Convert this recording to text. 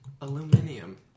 Aluminium